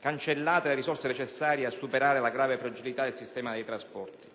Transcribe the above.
cancellate le risorse necessarie a superare la grave fragilità del sistema dei trasporti.